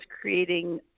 creating